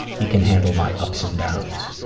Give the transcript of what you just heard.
he can handle my ups and downs.